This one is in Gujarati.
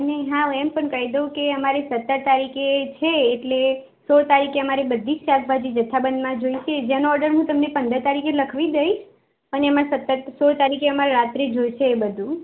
અને હા હું એમ પણ કહીં દઉં કે અમારે સત્તર તારીખે છે એટલે સોળ તારીખે મારે બધી જ શાકભાજી જથ્થાબંધમાં જોઈશે જેનો ઓડર હું તમને પંદર તારીખે લખવી દઈશ અને સત્તર સોળ તારીખે રાત્રે જોઈશે અમારે બધું